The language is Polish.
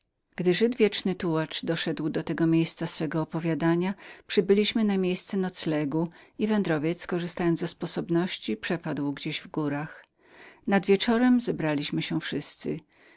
gdy żyd wieczny tułacz doszedł był do tego miejsca swego opowiadania przybyliśmy na nocleg i wędrowiec nasz korzystając ze sposobności przepadł gdzieś w górach nad wieczorem zebraliśmy się wszyscy